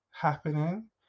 happening